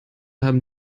haben